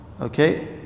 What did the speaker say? Okay